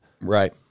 Right